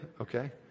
Okay